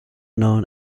known